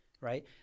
Right